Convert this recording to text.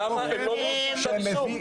למה הם לא מגישים כתב אישום?